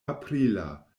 aprila